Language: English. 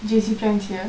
J_C friends here